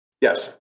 Yes